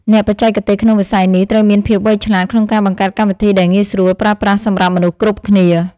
អ្នកបច្ចេកទេសក្នុងវិស័យនេះត្រូវមានភាពវៃឆ្លាតក្នុងការបង្កើតកម្មវិធីដែលងាយស្រួលប្រើប្រាស់សម្រាប់មនុស្សគ្រប់គ្នា។